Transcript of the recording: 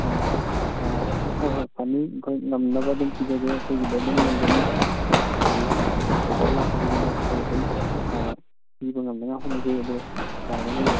ꯑꯣ ꯍꯣꯏ ꯍꯣꯏ ꯐꯅꯤ ꯑꯩꯈꯣꯏ ꯉꯝꯅꯕ ꯑꯗꯨꯝ ꯄꯤꯖꯒꯦ ꯑꯩꯈꯣꯏꯗ ꯑꯗꯨꯝ ꯂꯩꯒꯅꯤ ꯍꯥꯏꯗꯤ ꯑꯣꯔꯗꯔ ꯂꯥꯛꯄ ꯈꯨꯗꯤꯡꯃꯛ ꯑꯩꯈꯣꯏ ꯑꯗꯨꯝ ꯄꯤꯕ ꯉꯝꯅꯕ ꯍꯣꯠꯅꯖꯩ ꯑꯗꯣ ꯌꯥꯒꯅꯤ